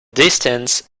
distance